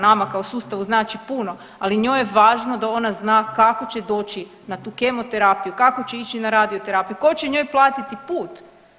Nama kao sustavu znači puno, ali njoj je važno da ona zna kako će doći na tu kemoterapiju, kako će ići na radioterapiju, tko će njoj platiti put.